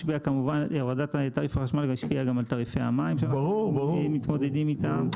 הורדת תעריף החשמל משפיעה גם על תעריפי המים שאנחנו מתמודדים איתם.